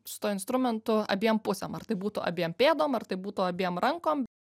su tuo instrumentu abiem pusėm ar tai būtų abiem pėdom ar tai būtų abiem rankom